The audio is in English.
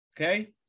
Okay